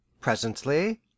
Presently